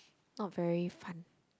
not very fun